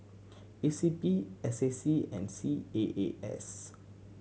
E C P S A C and C A A S